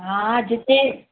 हा जिते